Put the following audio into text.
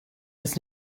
das